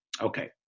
Okay